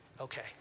Okay